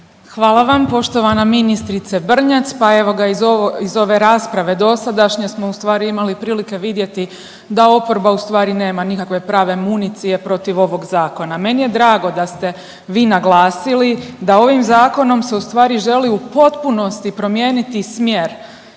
Hvala vam. Poštovana ministrice Brnjac, pa evo ga iz ove rasprave dosadašnje smo ustvari imali prilike vidjeti da oporba ustvari nema nikakve prave municije protiv ovog zakona. Meni je drago da ste vi naglasili da ovim zakonom se ustvari želi u potpunosti promijeniti smjer